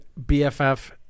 BFF